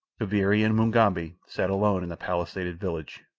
kaviri and mugambi sat alone in the palisaded village,